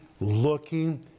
looking